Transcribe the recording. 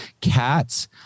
Cats